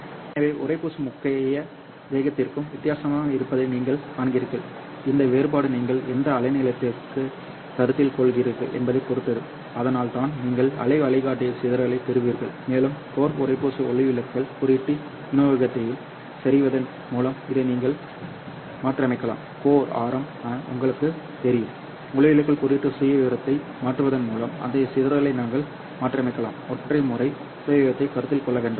எனவே உறைப்பூச்சுக்கும் முக்கிய வேகத்திற்கும் வித்தியாசம் இருப்பதை நீங்கள் காண்கிறீர்கள் இந்த வேறுபாடு நீங்கள் எந்த அலைநீளத்தை கருத்தில் கொள்கிறீர்கள் என்பதைப் பொறுத்தது அதனால்தான் நீங்கள் அலை வழிகாட்டி சிதறலைப் பெறுகிறீர்கள் மேலும் கோர் உறைப்பூச்சு ஒளிவிலகல் குறியீட்டு விநியோகத்தையும் சரிசெய்வதன் மூலம் இதை நீங்கள் மாற்றியமைக்கலாம் கோர் ஆரம் a உங்களுக்குத் தெரியும் ஒளிவிலகல் குறியீட்டு சுயவிவரத்தை மாற்றுவதன் மூலம் அந்த சிதறலை நீங்கள் மாற்றியமைக்கலாம் ஒற்றை முறை சுயவிவரத்தை கருத்தில் கொள்ள வேண்டாம்